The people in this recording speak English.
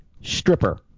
stripper